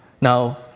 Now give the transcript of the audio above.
Now